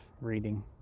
reading